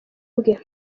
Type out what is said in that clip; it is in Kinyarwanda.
bwe